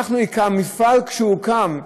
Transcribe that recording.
המפעל, כשהוא קם,